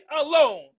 alone